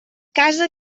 casa